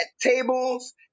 tables